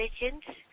intelligence